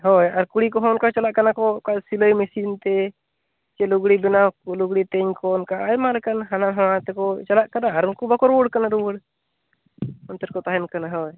ᱦᱳᱭ ᱟᱨ ᱠᱩᱲᱤ ᱠᱚᱦᱚᱸ ᱚᱱᱠᱟ ᱪᱟᱞᱟᱜ ᱠᱟᱱᱟ ᱠᱚ ᱚᱠᱟ ᱥᱤᱞᱟᱹᱭ ᱢᱮᱥᱤᱱ ᱛᱮ ᱥᱮ ᱞᱩᱜᱽᱲᱤ ᱵᱮᱱᱟᱣ ᱠᱚ ᱞᱩᱜᱽᱲᱤ ᱛᱮᱧ ᱠᱚ ᱚᱱᱠᱟ ᱟᱭᱢᱟ ᱞᱮᱠᱟᱱ ᱦᱟᱱᱟ ᱱᱟᱣᱟ ᱛᱮᱠᱚ ᱪᱟᱞᱟᱜ ᱠᱟᱱᱟ ᱟᱨ ᱩᱱᱠᱩ ᱵᱟᱠᱚ ᱨᱩᱭᱟᱹᱲ ᱠᱟᱱᱟ ᱨᱩᱭᱟᱹᱲ ᱚᱱᱛᱮ ᱨᱮᱠᱚ ᱛᱟᱦᱮᱱ ᱠᱟᱱᱟ ᱦᱳᱭ